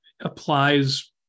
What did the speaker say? applies